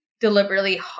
deliberately